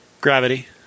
Gravity